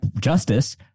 justice